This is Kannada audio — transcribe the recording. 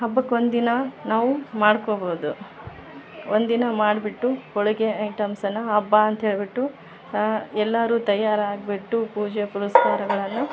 ಹಬ್ಬಕ್ಕೆ ಒಂದಿನ ನಾವು ಮಾಡ್ಕೋಬೋದು ಒಂದಿನ ಮಾಡಿಬಿಟ್ಟು ಹೋಳಿಗೆ ಐಟೆಮ್ಸನ್ನು ಹಬ್ಬ ಅಂತ ಹೇಳಿಬಿಟ್ಟು ಎಲ್ಲರು ತಯಾರು ಆಗಿಬಿಟ್ಟು ಪೂಜೆ ಪುನಸ್ಕಾರಗಳನ್ನು